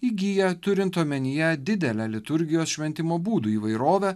įgyja turint omenyje didelę liturgijos šventimo būdų įvairovę